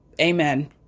Amen